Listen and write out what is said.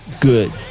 good